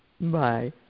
Bye